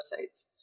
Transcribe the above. websites